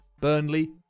Burnley